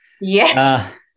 Yes